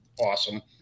awesome